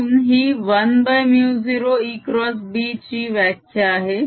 dS म्हणून ही 1μ0ExB ची व्याख्या आहे